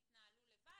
לבד?